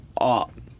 up